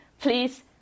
please